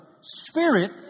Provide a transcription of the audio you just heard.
spirit